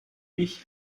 ich